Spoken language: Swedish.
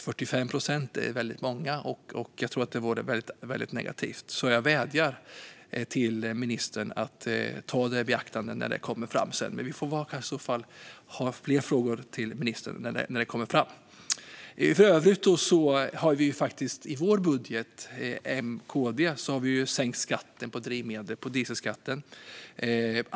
45 procent är många. Det vore negativt. Jag vädjar till ministern att ta det i beaktande längre fram. Vi får i så fall ställa fler frågor till ministern då. I M-KD-budgeten har vi sänkt skatten på drivmedel, dieselskatten.